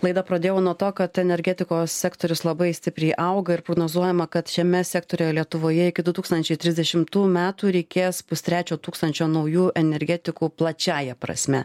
laidą pradėjau nuo to kad energetikos sektorius labai stipriai auga ir prognozuojama kad šiame sektoriuje lietuvoje iki du tūkstančiai trisdešimtų metų reikės pustrečio tūkstančio naujų energetikų plačiąja prasme